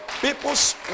people's